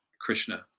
Krishna